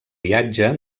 viatge